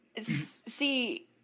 See